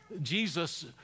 Jesus